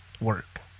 work